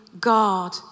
God